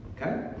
Okay